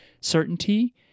certainty